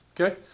Okay